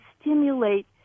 stimulate